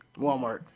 Walmart